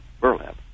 Burlap